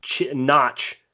notch